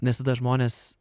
nes tada žmonės